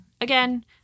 again